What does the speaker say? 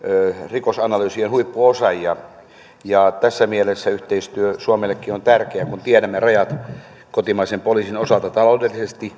rikosanalyysien huippuosaajia tässä mielessä yhteistyö suomellekin on tärkeää kun tiedämme rajat kotimaisen poliisin osalta taloudellisesti